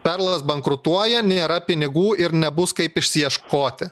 perlas bankrutuoja nėra pinigų ir nebus kaip išsiieškoti